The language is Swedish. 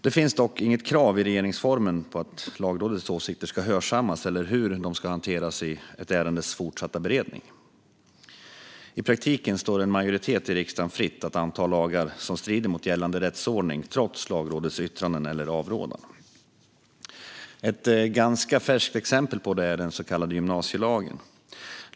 Det finns dock inget krav i regeringsformen att Lagrådets åsikter ska hörsammas eller hur de ska hanteras i ett ärendes fortsatta beredning. I praktiken står det en majoritet i riksdagen fritt att anta lagar som strider mot gällande rättsordning, trots Lagrådets yttranden eller avrådan. Ett ganska färskt exempel på det är den så kallade gymnasielagen.